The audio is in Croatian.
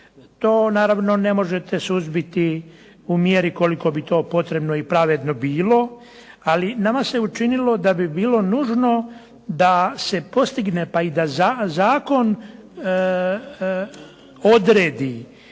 To naravno ne možete suzbiti u mjeri koliko bi to potrebno i pravedno bilo, ali nama se učinilo da bi bilo nužno da se postigne pa i da zakon odredi